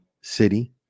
city